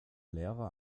lehrer